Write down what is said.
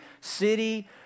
city